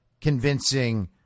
convincing